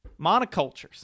monocultures